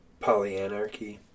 polyanarchy